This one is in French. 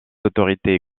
autorités